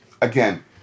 Again